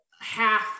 half